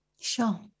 Sure